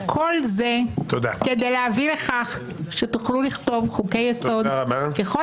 כל זה כדי להביא לכך שתוכלו לכתוב חוקי יסוד ככל